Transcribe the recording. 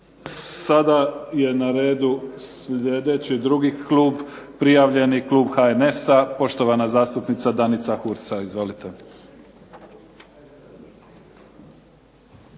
Sada je na redu sljedeći drugi klub, prijavljeni klub HNS-a. Poštovana zastupnica Danica Hursa, izvolite.